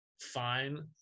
Fine